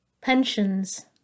pensions